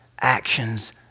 actions